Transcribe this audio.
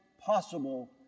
possible